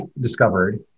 discovered